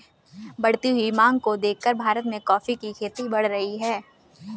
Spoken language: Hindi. बढ़ती हुई मांग को देखकर भारत में कॉफी की खेती बढ़ रही है